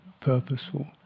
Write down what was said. purposeful